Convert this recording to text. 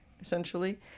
essentially